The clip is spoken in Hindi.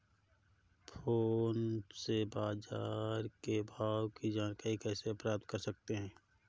फोन से बाजार के भाव की जानकारी कैसे प्राप्त कर सकते हैं?